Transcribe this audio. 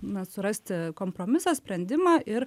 na surasti kompromisą sprendimą ir